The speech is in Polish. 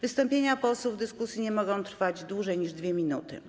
Wystąpienia posłów w dyskusji nie mogą trwać dłużej niż 2 minuty.